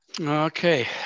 Okay